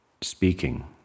speaking